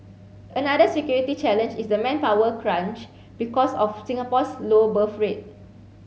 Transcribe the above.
another security challenge is the manpower crunch because of Singapore's low birth rate